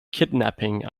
kidnapping